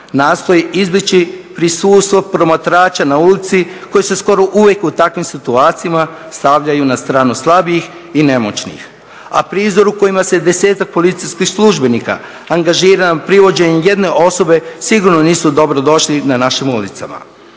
nastoji izbjeći prisustvo promatrača na ulici koji se skoro uvijek u takvim situacijama stavljaju na stranu slabijih i nemoćnih, a prizor u kojima se desetak policijskih službenika angažira na privođenje jedne osobe sigurno nisu dobro došli na našim ulicama.